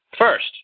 first